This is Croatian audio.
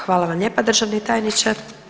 Hvala vam lijepa državni tajniče.